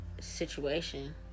situation